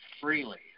freely